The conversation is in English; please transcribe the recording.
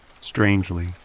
Strangely